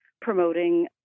promoting